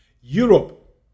Europe